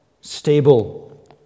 stable